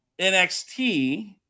NXT